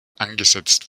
angesetzt